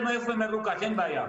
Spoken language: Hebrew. אין בעיה.